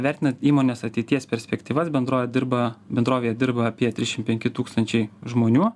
vertinant įmonės ateities perspektyvas bendrovė dirba bendrovėje dirba apie trišim penki tūkstančiai žmonių